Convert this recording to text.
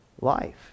life